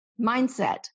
mindset